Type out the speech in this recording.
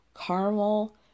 caramel